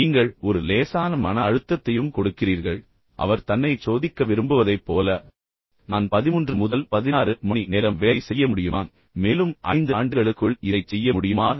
நீங்கள் ஒரு லேசான மன அழுத்தத்தையும் கொடுக்கிறீர்கள் அவர் தன்னைச் சோதிக்க விரும்புவதைப் போல நான் 13 முதல் 16 மணி நேரம் வேலை செய்ய முடியுமா என்னால் இந்த வேலையைச் செய்ய முடியுமா மேலும் 5 ஆண்டுகளுக்குள் இதைச் செய்ய முடியுமா